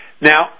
Now